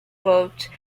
poet